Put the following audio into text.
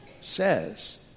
says